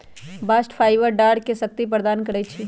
bast fibre डांरके शक्ति प्रदान करइ छै